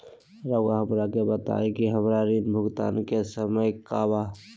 रहुआ हमरा के बताइं कि हमरा ऋण भुगतान के समय का बा?